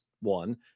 one